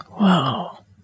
Wow